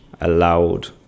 allowed